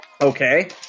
Okay